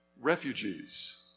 refugees